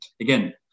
Again